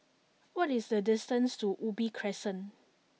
what is the distance to Ubi Crescent